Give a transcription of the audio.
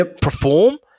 perform